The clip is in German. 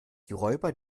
räuber